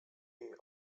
jej